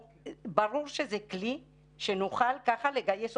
ברור שזה כלי שנוכל ככה לגייס עובדים.